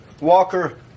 Walker